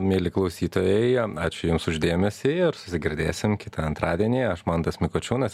mieli klausytojai ačiū jums už dėmesį ir susigirdėsim kitą antradienį aš mantas mikučiūnas